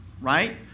right